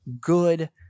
good